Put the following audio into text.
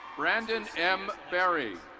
brandon m. barry.